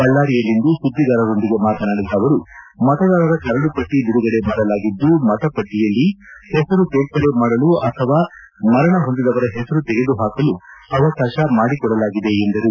ಬಳ್ಳಾರಿಯಲ್ಲಿಂದು ಸುದ್ವಿಗಾರರೊಂದಿಗೆ ಮಾತನಾಡಿದ ಅವರು ಮತದಾರರ ಕರಡು ಪಟ್ಟಿ ಬಿಡುಗಡೆ ಮಾಡಲಾಗಿದ್ದು ಮತ ಪಟ್ಟಿಯಲ್ಲಿ ಹೆಸರು ಸೇರ್ಪಡೆ ಮಾಡಲು ಅಥವಾ ಮರಣ ಹೊಂದಿದವರ ಹೆಸರು ತೆಗೆದು ಪಾಕಲು ಅವಕಾಶ ಮಾಡಿಕೊಡಲಾಗಿದೆ ಎಂದರು